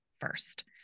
first